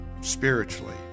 spiritually